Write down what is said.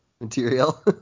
material